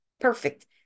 perfect